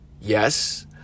Yes